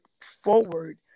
forward